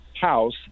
house